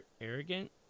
arrogant